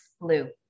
Blue